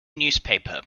newspaper